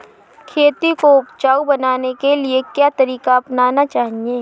खेती को उपजाऊ बनाने के लिए क्या तरीका अपनाना चाहिए?